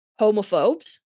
homophobes